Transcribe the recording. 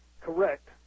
correct